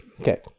Okay